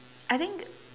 I think